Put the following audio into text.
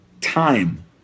time